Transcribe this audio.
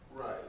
right